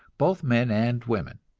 both men and women.